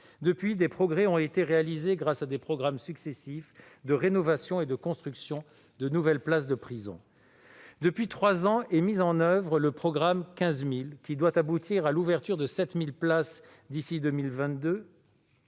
Depuis lors, des progrès ont été réalisés, grâce à des programmes successifs de rénovation et de construction de nouvelles places de prison. Depuis trois ans est mis en oeuvre le programme « 15 000 », qui doit aboutir à l'ouverture de 7 000 places d'ici à 2022